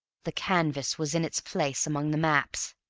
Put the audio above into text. the canvas was in its place among the maps!